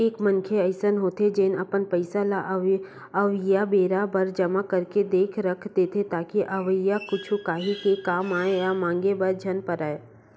एक मनखे अइसन होथे जेन अपन पइसा ल अवइया बेरा बर जमा करके के रख देथे ताकि अवइया कुछु काही के कामआय म मांगे बर झन परय